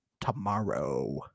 tomorrow